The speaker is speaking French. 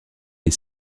les